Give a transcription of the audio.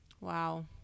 Wow